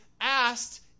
asked